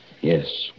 Yes